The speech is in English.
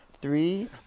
three